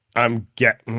i'm get.